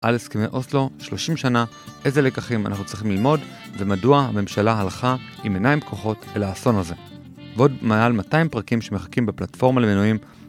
על הסכמי אוסלו, 30 שנה, איזה לקחים אנחנו צריכים ללמוד, ומדוע הממשלה הלכה עם עיניים פקוחות אל האסון הזה. ועוד מעל 200 פרקים שמחכים בפלטפורמה למינויים